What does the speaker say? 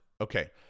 okay